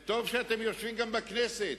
טוב שאתם יושבים גם בכנסת,